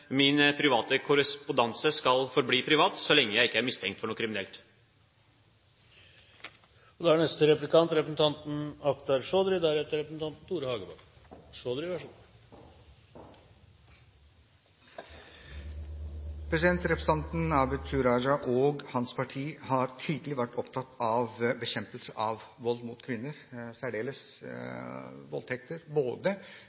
min private korrespondanse skal forbli privat, så lenge jeg ikke er mistenkt for noe kriminelt. Representanten Abid Q. Raja og hans parti har tydelig vært opptatt av bekjempelse av vold mot kvinner – særdeles